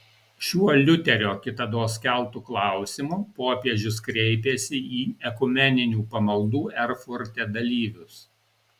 šiuo liuterio kitados keltu klausimu popiežius kreipėsi į ekumeninių pamaldų erfurte dalyvius